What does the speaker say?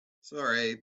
sorry